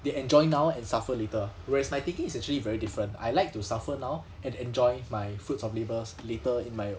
they enjoy now and suffer later whereas my thinking is actually very different I like to suffer now and enjoy my fruits of labours later in my